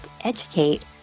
educate